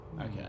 Okay